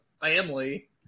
family